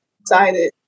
excited